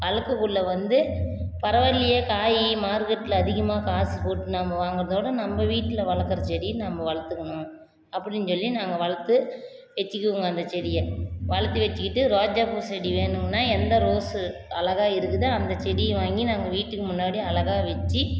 வளர்க்கக்குள்ள வந்து பரவா இல்லையே காய் மார்க்கெட்டில் அதிகமாக காசு போட்டு நாம் வாங்கறதோட நம்ப வீட்டில் வளர்க்கற செடி நம்ப வளர்த்துக்கணும் அப்படின் சொல்லி நாங்கள் வளர்த்து வச்சிக்குவோங்க அந்த செடியை வளர்த்தி வச்சிக்கிட்டு ரோஜா பூச்செடி வேணும்னா எந்த ரோஸ்ஸு அழகா இருக்குதோ அந்த செடியை வாங்கி நாங்கள் வீட்டுக்கு முன்னாடி அழகா வச்சி